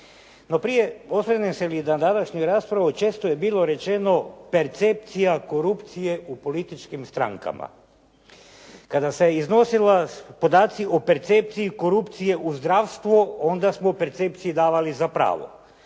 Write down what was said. No prije, podsjetim li se na današnju raspravu, često je bilo rečeno percepcija korupcije u političkim strankama. Kada su se iznosili podaci o percepciji korupcije u zdravstvu onda smo percepciji davali za pravo.